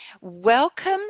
Welcome